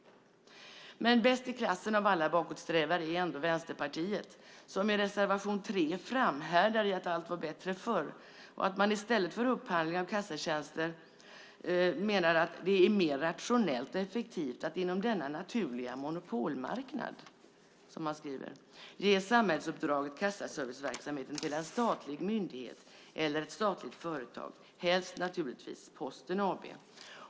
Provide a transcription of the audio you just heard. Bäst i klassen av alla bakåtsträvare är ändå Vänsterpartiet som i reservation 3 framhärdar i att allt var bättre förr. Man menar att det i stället för upphandling av kassatjänster är mer rationellt och effektivt att inom denna naturliga monopolmarknad, som man skriver, ge samhällsuppdraget kassaserviceverksamheten till en statlig myndighet eller ett statligt företag, helst naturligtvis Posten AB.